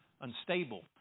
unstable